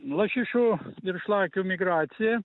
lašišų ir šlakių migracija